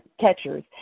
catchers